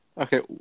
Okay